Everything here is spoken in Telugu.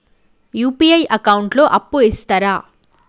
యూ.పీ.ఐ అకౌంట్ లో అప్పు ఇస్తరా?